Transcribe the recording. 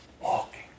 walking